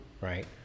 right